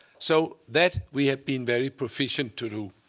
so that we have been very proficient to do.